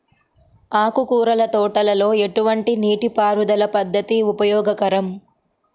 ఆకుకూరల తోటలలో ఎటువంటి నీటిపారుదల పద్దతి ఉపయోగకరం?